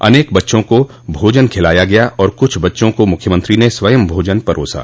अनेक बच्चों को भोजन खिलाया गया और कुछ बच्चों को मुख्यमंत्री ने स्वयं भोजन परोसा